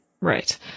Right